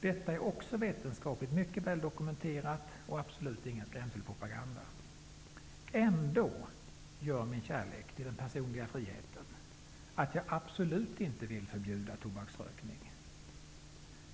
Detta är också vetenskapligt mycket väldokumenterat och absolut ingen skrämselpropaganda. Ändå gör min kärlek till den personliga friheten att jag absolut inte vill förbjuda tobaksrökning.